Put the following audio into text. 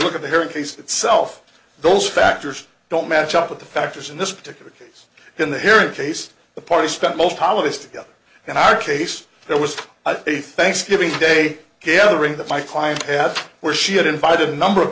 look at her and please itself those factors don't match up with the factors in this particular case in the here in case the party spent most holidays together in our case there was a thanksgiving day gathering that my client had where she had invited a number of